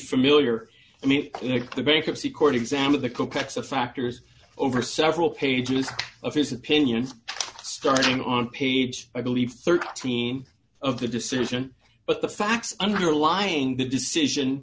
familiar i mean the bankruptcy court exam of the complex of factors over several pages of his opinions starting on page i believe thirteen of the decision but the facts underlying the